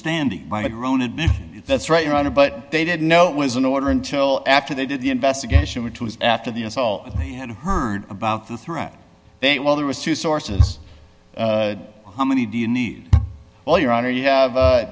standing by the grown admit that's right your honor but they didn't know it was an order until after they did the investigation which was after the assault they had heard about the threat they well there was two sources how many do you need all your honor you have